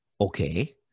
Okay